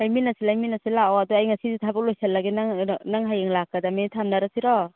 ꯂꯩꯃꯤꯟꯅꯁꯤ ꯂꯩꯃꯤꯟꯅꯁꯤ ꯂꯥꯛꯑꯣ ꯑꯗꯣ ꯑꯩ ꯉꯁꯤꯗꯤ ꯊꯕꯛ ꯂꯣꯏꯁꯤꯜꯂꯒꯦ ꯅꯪ ꯍꯌꯦꯡ ꯂꯥꯛꯀꯗꯃꯤ ꯊꯝꯅꯔꯁꯤꯔꯣ